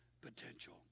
potential